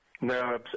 No